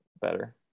better